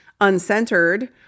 uncentered